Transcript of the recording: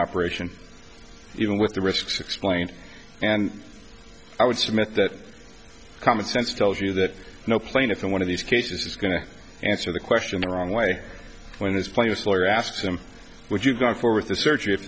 operation even with the risks explained and i would submit that common sense tells you that no plaintiff in one of these cases is going to answer the question the wrong way when this plaintiff's lawyer asks him would you go for with a search i